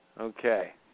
Okay